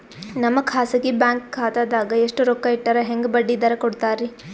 ನಮ್ಮ ಖಾಸಗಿ ಬ್ಯಾಂಕ್ ಖಾತಾದಾಗ ಎಷ್ಟ ರೊಕ್ಕ ಇಟ್ಟರ ಹೆಂಗ ಬಡ್ಡಿ ದರ ಕೂಡತಾರಿ?